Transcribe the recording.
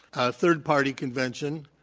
a third-party convention,